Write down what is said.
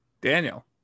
Daniel